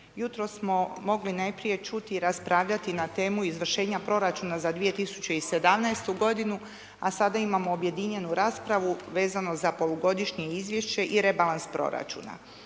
Jutros smo mogli najprije čuti i raspravljati na temu izvršenja proračuna za 2017. g. a sada imamo objedinjenu raspravu vezano za polugodišnje izvješće i rebalans proračuna.